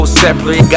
separate